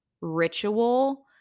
ritual